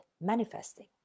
manifesting